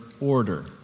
order